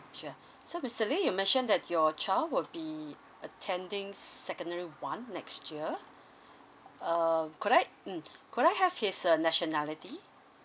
sure so mister lee you mentioned that your child will be attending secondary one next year err could I mm could I have his uh nationality